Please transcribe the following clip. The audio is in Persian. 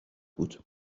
بود